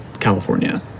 California